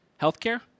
Healthcare